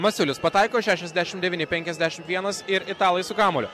masiulis pataiko šešiasdešimt devyni penkiasdešimt vienas ir italai su kamuoliu